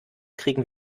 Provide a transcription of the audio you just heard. kriegen